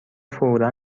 فورا